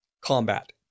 combat